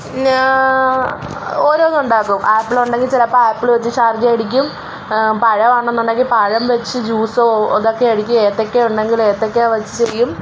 ഞാന് ഓരോന്ന് ഉണ്ടാക്കും ആപ്പിളുണ്ടെങ്കിൽ ചിലപ്പോൾ ആപ്പിള് വെച്ച് ഷാർജ അടിക്കും പഴമാണെന്നുണ്ടെങ്കിൽ പഴം വെച്ച് ജ്യൂസോ ഇതൊക്കെ അടിക്കും ഏത്തയ്ക്ക ഉണ്ടെങ്കിൽ ഏത്തയ്ക്ക വെച്ച് ചെയ്യും